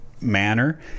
manner